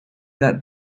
that